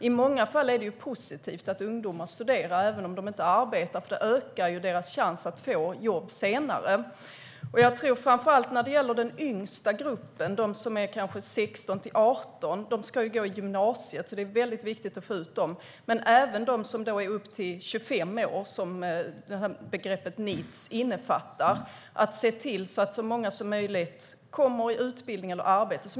I många fall är det positivt att ungdomar studerar, även om de inte arbetar, eftersom det ökar deras chans att få jobb senare. Framför allt är det mycket viktigt att få ut den yngsta gruppen, de som är 16-18 år och som ska gå i gymnasiet. Men även i fråga om de som är upp till 25 år och som innefattas av begreppet NEET gäller det att se till att så många som möjligt kommer i utbildning eller arbete.